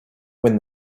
when